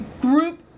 group